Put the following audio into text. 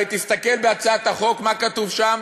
הרי תסתכל בהצעת החוק, מה כתוב שם?